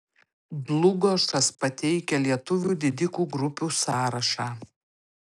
dlugošas pateikia lietuvių didikų grupių sąrašą